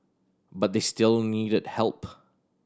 but they still needed help